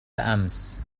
أمس